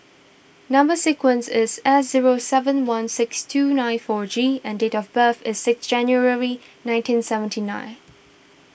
Number Sequence is S zero seven one six two nine four G and date of birth is six January nineteen seventy nine